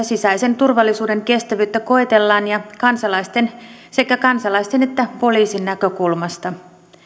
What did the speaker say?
sisäisen turvallisuuden kestävyyttä koetellaan sekä kansalaisten että poliisin näkökulmasta